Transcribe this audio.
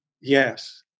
Yes